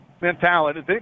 mentality